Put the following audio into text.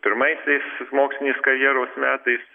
pirmaisiais mokslinės karjeros metais